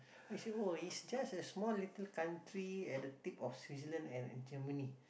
he say oh is just a small little country at the tip of Switzerland and and Germany